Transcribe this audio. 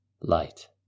light